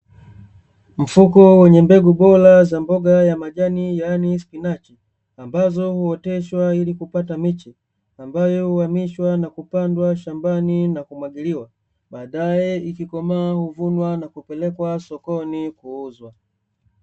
Mfuko wenye mbegu bora za mboga ya majani yaani spinachi, ambazo huoteshwa ili kupata miche, ambayo huamishwa na kupandwa shambani na kumwagiliwa, baadae ikikomaa huvunwa na kupelekwa sokoni kuuzwa.